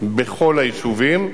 בכל היישובים,